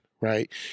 right